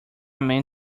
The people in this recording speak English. men